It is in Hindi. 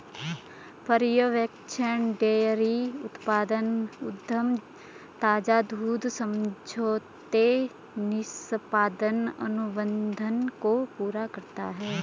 पर्यवेक्षण डेयरी उत्पाद उद्यम ताजा दूध समझौते निष्पादन अनुबंध को पूरा करता है